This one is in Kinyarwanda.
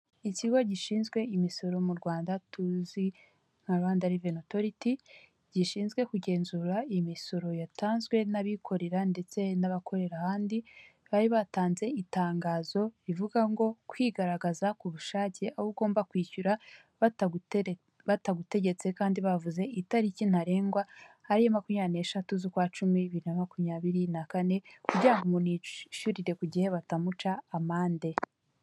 ikigo gishinzwe imisoro mu rwanda tuzi nka Rwanda Reveni Otoriti, gishinzwe kugenzura imisoro yatanzwe n'abikorera ndetse n'abakorera ahandi, bari batanze itangazo rivuga ngo kwigaragaza ku bushake aho ugomba kwishyura batagutegetse kandi bavuze itariki ntarengwa, ari yo makumya n'eshatu, z'ukwa cumi biri na makumyabiri na kane kugira ngo umuntu yishyurire ku gihe batamuca amande.